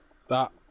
Stop